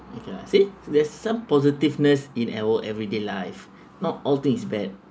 okay lah see there's some positiveness in our everyday life not all things is bad